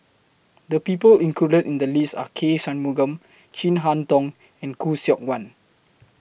The People included in The list Are K Shanmugam Chin Harn Tong and Khoo Seok Wan